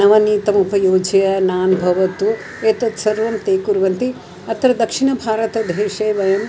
नवनीतम् उपयुज्य नान् भवतु एतत् सर्वं ते कुर्वन्ति अत्र दक्षिणभारतदेशे वयम्